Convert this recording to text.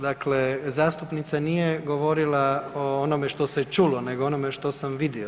Dakle, zastupnica nije govorila o onome što se čulo, nego onome što sam vidio.